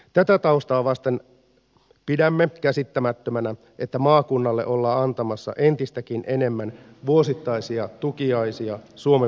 tätä taustaa vasten pidämme käsittämättömänä että maakunnalle ollaan antamassa entistäkin enemmän vuosittaisia tukiaisia suomen valtiolta